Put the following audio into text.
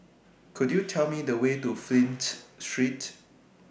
Could YOU Tell Me The Way to Flint Street